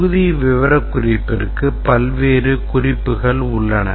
தொகுதி விவரக்குறிப்புக்கு பல்வேறு குறிப்புகள் உள்ளன